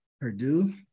Purdue